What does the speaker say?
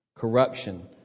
Corruption